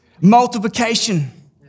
Multiplication